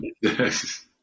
yes